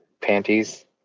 panties